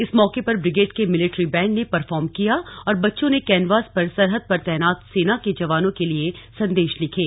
इस मौके पर ब्रिगेड के मिलिट्री बैंड ने परफॉर्म किया और बच्चों ने कैनवास पर सरहद पर तैनात सेना के जवानों के लिए संदेश लिखे